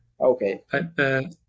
Okay